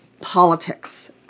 politics